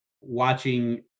Watching